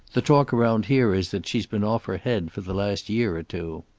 the talk around here is that she's been off her head for the last year or two.